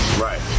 right